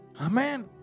Amen